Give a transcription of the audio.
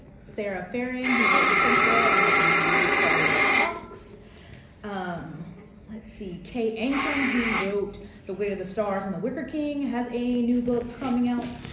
sarah faring who wrote the tenth girl and has a new release called the white fox um let's see k. ancrum who wrote the weight of the stars and the wicker king has a new book coming out,